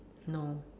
no